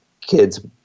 kids